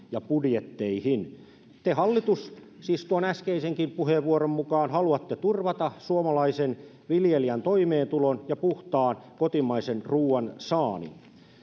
ja budjetteihin hallitus te siis tuon äskeisenkin puheenvuoron mukaan haluatte turvata suomalaisen viljelijän toimeentulon ja puhtaan kotimaisen ruoan saannin